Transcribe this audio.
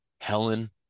Helen